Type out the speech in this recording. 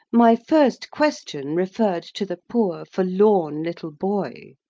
my first question referred to the poor forlorn little boy.